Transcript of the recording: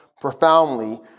profoundly